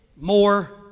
more